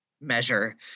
measure